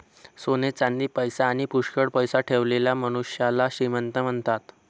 सोने चांदी, पैसा आणी पुष्कळ पैसा ठेवलेल्या मनुष्याला श्रीमंत म्हणतात